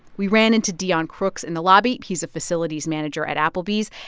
we ran into dion crooks in the lobby. he's a facilities manager at applebee's.